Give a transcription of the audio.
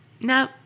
no